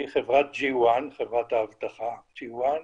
חברת האבטחה ג'י וואן,